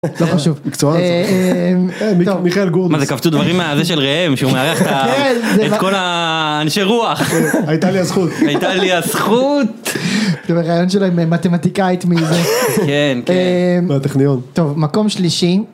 לא חשוב. מקצועות. מה זה? קפצו דברים מהזה של ראם? שהוא מארח את כל האנשי רוח. הייתה לי הזכות. הייתה לי הזכות. ראיון שלו עם מתמטיקאית. מהטכניון. טוב מקום שלישי.